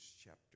chapter